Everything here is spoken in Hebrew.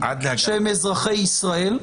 שהם אזרחי ישראל,